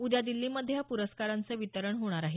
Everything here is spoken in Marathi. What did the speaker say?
उद्या दिल्लीमध्ये या प्रस्कारांचं वितरण होणार आहे